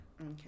Okay